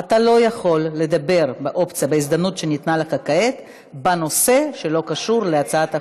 אתה לא יכול לדבר בהזדמנות שניתנה לך כעת בנושא שלא קשור להצעת החוק.